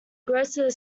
grocer